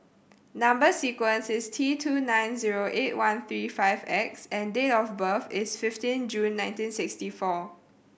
number sequence is T two nine zero eight one three five X and date of birth is fifteen June nineteen sixty four